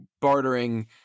bartering